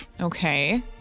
Okay